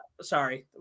sorry